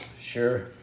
Sure